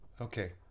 Okay